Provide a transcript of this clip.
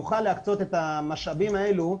יוכל להקצות את המשאבים האלה,